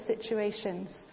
situations